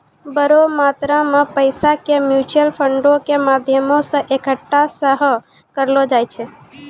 बड़ो मात्रा मे पैसा के म्यूचुअल फंडो के माध्यमो से एक्कठा सेहो करलो जाय छै